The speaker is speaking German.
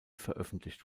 veröffentlicht